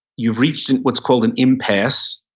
you've reached what's called an impasse,